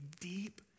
deep